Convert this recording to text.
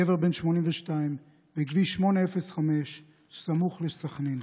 גבר בן 82, בכביש 805 סמוך לסח'נין.